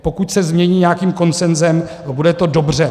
Pokud se změní nějakým konsenzem, bude to dobře.